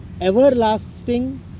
everlasting